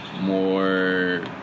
More